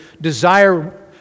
desire